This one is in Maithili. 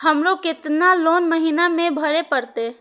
हमरो केतना लोन महीना में भरे परतें?